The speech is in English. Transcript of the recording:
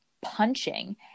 punching